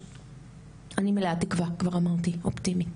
אני מלאת תקווה, כבר אמרתי, אופטימית.